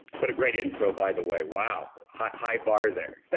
what a great intro by the way. wow, high high bar there. hey.